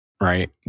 right